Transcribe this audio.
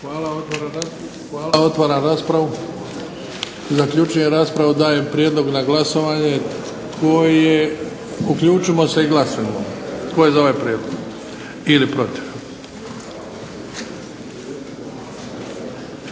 Hvala. Otvaram raspravu. Zaključujem raspravu. Dajem prijedlog na glasovanje. Tko je, uključimo se i glasujmo tko je za ovaj prijedlog ili protiv?